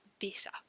better